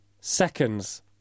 seconds